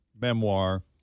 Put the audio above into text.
memoir